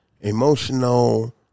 emotional